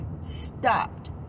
stopped